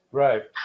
right